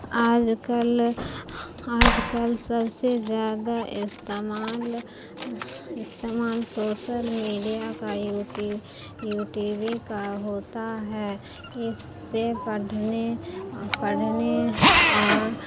آج کل آج کل سب سے زیادہ استعمال استعمال سوسل میڈیا کا یوٹی یو ٹی وی کا ہوتا ہے اس سے پڑھنے پڑھنے اور